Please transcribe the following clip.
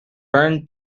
burn